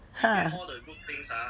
ha